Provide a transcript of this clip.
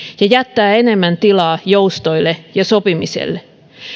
ja jättää enemmän tilaa joustoille ja sopimiselle